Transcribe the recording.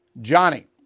Johnny